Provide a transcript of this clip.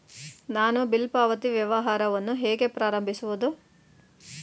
ನಾನು ಬಿಲ್ ಪಾವತಿ ವ್ಯವಹಾರವನ್ನು ಹೇಗೆ ಪ್ರಾರಂಭಿಸುವುದು?